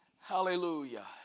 Hallelujah